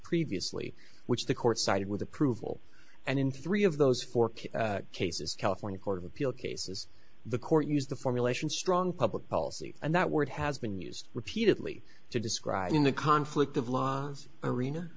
previously which the court sided with approval and in three of those four cases california court of appeal cases the court used the formulation strong public policy and that word has been used repeatedly to describe in the conflict of law arena